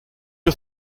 you